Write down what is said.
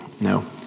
no